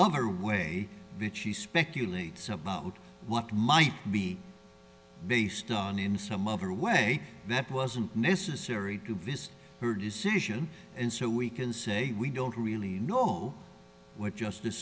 other way which she speculates about what might be based on in some other way that wasn't necessary to vist her decision and so we can say we don't really know what just